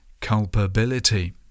culpability